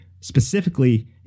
specifically